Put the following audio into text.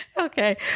Okay